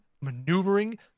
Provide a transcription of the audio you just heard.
maneuvering